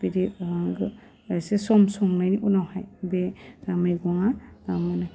बेदि गो एसे सम संनायनि उनावहाय बे मेगङा आह मोनो